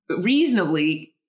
reasonably